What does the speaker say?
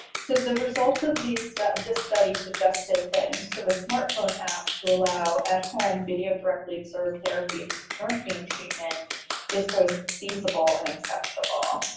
so the results of these this study suggested that use of a smartphone app to allow at home video directly observed therapy of buprenorphine treatment is both feasible and acceptable.